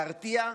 להרתיע,